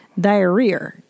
diarrhea